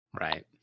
right